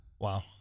Wow